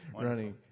running